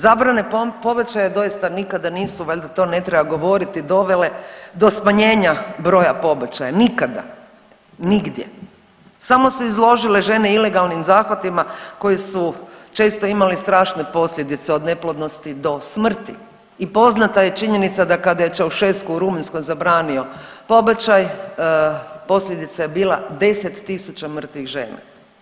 Zabrane pobačaja doista nikada nisu, valjda to ne treba govoriti dovele do smanjenja broja pobačaja nikada nigdje, samo su se izložile žene ilegalnim zahvatima koje su često imali strašne posljedice, od neplodnosti do smrti i poznata je činjenica da kada je Ceausescu u Rumunjskoj zabranio pobačaj, posljedica je bila 10 tisuća mrtvih žena.